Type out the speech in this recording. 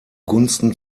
gunsten